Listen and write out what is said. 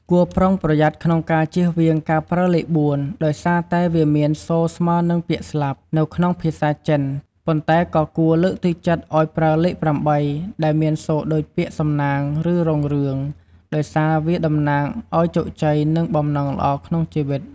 គួរប្រុងប្រយ័ត្នក្នុងការជៀសវាងការប្រើលេខ ៤ ដោយសារតែវាមានសូរស្មើនឹងពាក្យ "ស្លាប់" នៅក្នុងភាសាចិន ប៉ុន្តែក៏គួរលើកទឹកចិត្តឲ្យប្រើលេខ ៨ ដែលមានសូរដូចពាក្យ "សំណាង" ឬ "រុងរឿង" ដោយសារវាតំណាងឲ្យជោគជ័យ និងបំណងល្អក្នុងជីវិត។